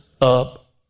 up